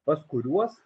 pas kuriuos